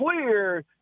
clear